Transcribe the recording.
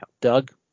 Doug